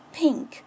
pink